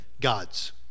gods